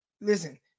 listen